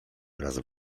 raz